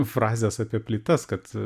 frazės apie plytas kad